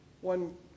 one